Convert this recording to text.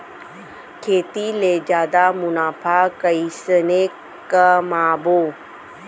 खेती ले जादा मुनाफा कइसने कमाबो?